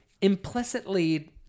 implicitly